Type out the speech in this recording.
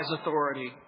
authority